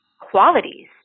qualities